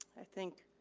i think,